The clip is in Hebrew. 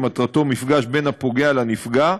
שמטרתה מפגש בין הפוגע לנפגע,